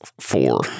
four